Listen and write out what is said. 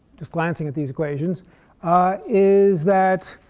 just glancing at these equations is that